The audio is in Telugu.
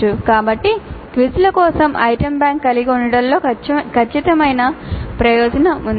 కాబట్టి క్విజ్ల కోసం ఐటెమ్ బ్యాంక్ కలిగి ఉండటంలో ఖచ్చితమైన ప్రయోజనం ఉంది